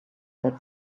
that